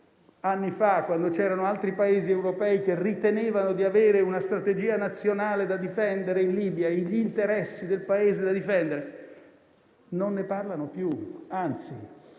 anni fa, quando c'erano altri Paesi europei che ritenevano di avere una strategia nazionale e gli interessi del Paese da difendere in Libia? Non ne parlano più,